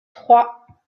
trois